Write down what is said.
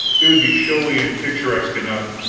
it would be showy and picturesque enough,